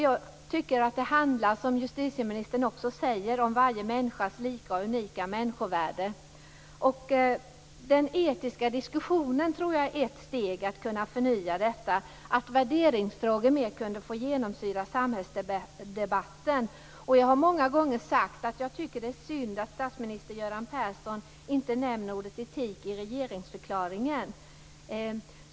Jag tycker att det handlar, som justitieministern också sade, om varje människas lika och unika människovärde. Den etiska diskussionen tror jag är ett steg att förnya detta. Värderingsfrågorna borde mera få genomsyra samhällsdebatten. Jag har många gånger sagt att det är synd att statsminister Göran Persson inte nämnde ordet etik i regeringsförklaringen.